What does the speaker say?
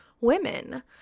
women